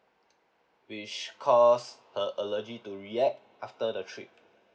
which caused her allergy to react after the trip